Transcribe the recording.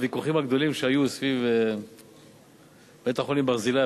בוויכוחים הגדולים שהיו סביב בית-החולים "ברזילי",